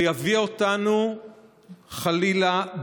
ויביא אותנו בעתיד, חלילה,